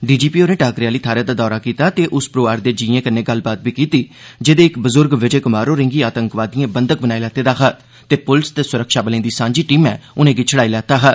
DGP होरें टाकरे आली थाह्रै दा दौरा कीता ते उस परिवार दे जीएं कन्नै गल्लबात बी कीती जेदे इक बजुर्ग विजय कुमार होरें गी आतंकवादिएं बंघक बनाए दा हा ते पुलस ते सुरक्षाबलें दी सांझी टीमै उनेंगी छुड़ाई लैता हा